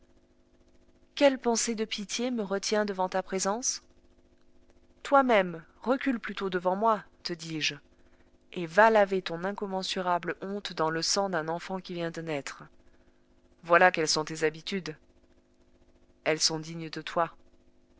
quelle pensée de pitié me retient devant ta présence toi-même recule plutôt devant moi te dis-je et va laver ton incommensurable honte dans le sang d'un enfant qui vient de naître voilà quelles sont tes habitudes elles sont dignes de toi